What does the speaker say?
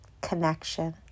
connection